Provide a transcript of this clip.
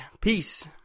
Peace